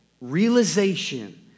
realization